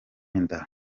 inda